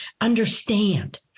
understand